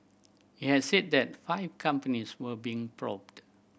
it had said that five companies were being probed